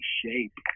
shape